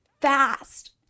fast